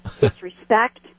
Disrespect